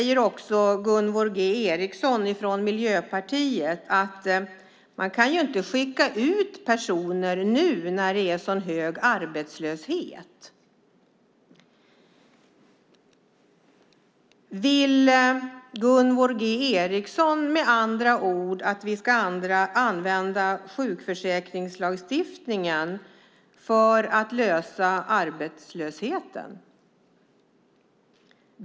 Gunvor G Ericson från Miljöpartiet säger att man inte kan skicka ut personer nu när det är så hög arbetslöshet. Vill Gunvor G Ericson med andra ord att vi ska använda sjukförsäkringslagstiftningen för att lösa arbetslösheten?